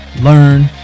learn